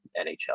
nhl